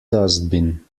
dustbin